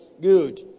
good